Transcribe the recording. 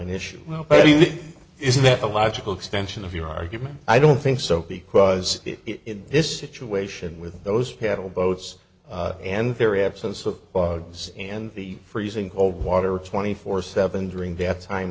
you isn't it a logical extension of your argument i don't think so because it in this situation with those paddle boats and their absence of bugs and the freezing cold water twenty four seven during that time